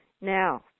Now